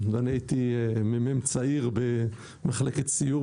אני אהיה בכל חמש הוועדות כיו"ר השדולה שעוסקות